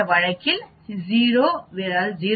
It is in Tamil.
இந்த வழக்கில் இது 0 ஆல் 0